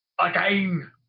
Again